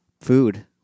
food